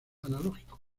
analógicos